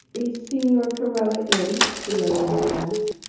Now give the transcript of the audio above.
is signor carella in? the young lady asked.